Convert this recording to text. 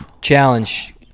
Challenge